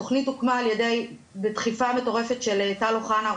התכנית הוקמה בדחיפה מטורפת של טל אוחנה,